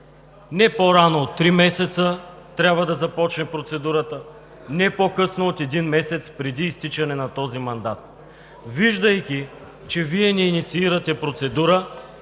не по-рано от три месеца трябва да започне процедурата, не по-късно от един месец преди изтичане на този мандат. Виждайки, че Вие не инициирате процедура,